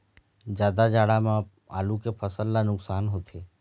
जादा जाड़ा म आलू के फसल ला का नुकसान होथे?